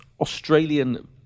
Australian